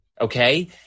okay